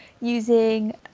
using